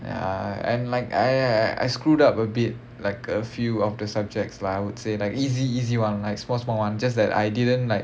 ya and like I I I screwed up a bit like a few of the subjects lah I would say like easy easy one like small small one just that I didn't like